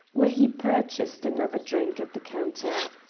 where he purchased another drink at the counter.